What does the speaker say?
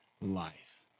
life